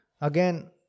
Again